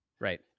Right